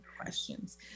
questions